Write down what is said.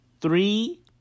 three